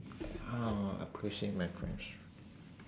uh appreciate in my friends